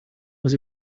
was